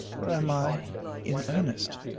or am i in earnest?